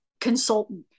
consultant